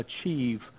achieve